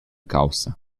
caussa